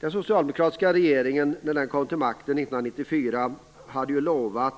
Den socialdemokratiska regeringen som kom till makten 1994 hade lovat